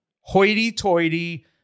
hoity-toity